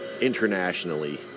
Internationally